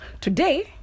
today